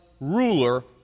ruler